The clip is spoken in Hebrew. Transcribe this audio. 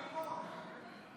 את החוק.